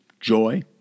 joy